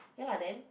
ya lah then